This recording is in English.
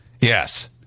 Yes